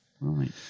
right